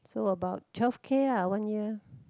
so about twelve K ah one year